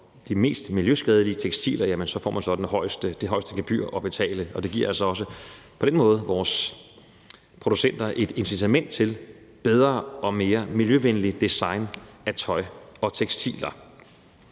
de mest miljøskadelige tekstiler, så får man så det højeste gebyr at betale, og det giver så også på den måde vores producenter et incitament til bedre og mere miljøvenligt design af tøj og tekstiler.